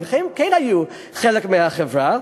הם כן היו חלק מהחברה.